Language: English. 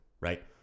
Right